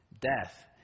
death